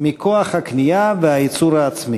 בכוח הקנייה והייצור העצמי.